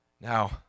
Now